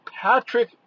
Patrick